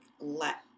let